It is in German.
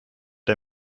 der